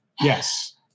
Yes